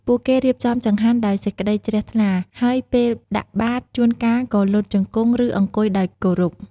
ពួកគេរៀបចំចង្ហាន់ដោយសេចក្តីជ្រះថ្លា ហើយពេលដាក់បាត ជួនកាលក៏លុតជង្គង់ ឬអង្គុយដោយគោរព។